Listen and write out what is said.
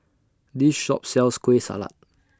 This Shop sells Kueh Salat